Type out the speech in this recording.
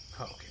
Okay